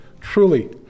Truly